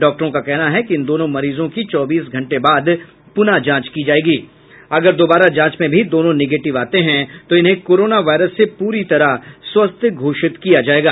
डॉक्टरों का कहना है कि इन दोनों मरीजों की चौबीस घंटे बाद पुनः जांच की जायेगी अगर दोबारा जांच में भी दोनों निगेटिव आते हैं तो इन्हें कोरोना वायरस से पूरी तरह स्वस्थ्य घोषित किया जायेगा